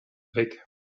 weg